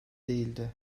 değildi